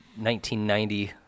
1990